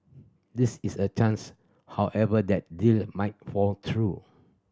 this is a chance however that deal might fall through